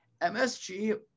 MSG